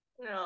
No